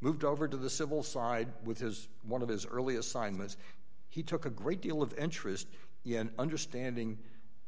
moved over to the civil side with his one of his early assignments he took a great deal of interest in understanding